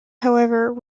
however